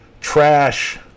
trash